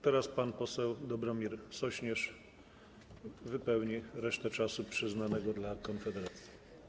Teraz pan poseł Dobromir Sośnierz wypełni resztę czasu przyznanego Konfederacji.